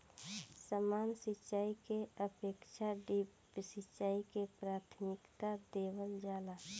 सामान्य सिंचाई के अपेक्षा ड्रिप सिंचाई के प्राथमिकता देवल जाला